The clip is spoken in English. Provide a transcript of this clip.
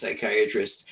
psychiatrist